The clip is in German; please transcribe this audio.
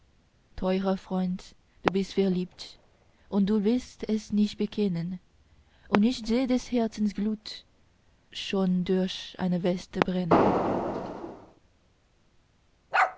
teurer freund du bist verliebt und du willst es nicht bekennen und ich seh des herzens glut schon durch deine weste brennen